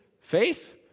faith